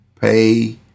Pay